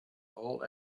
all